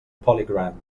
polygram